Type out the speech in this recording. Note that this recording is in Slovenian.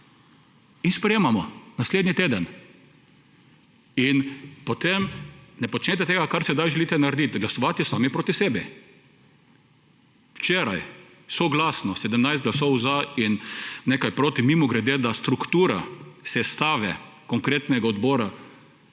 In sprejemamo! Naslednji teden! In potem ne počnete tega, kar sedaj želite narediti, glasovati sami proti sebi. Včeraj, soglasno, 17 glasov za in nič proti ‒ mimogrede, da struktura sestave konkretnega odbora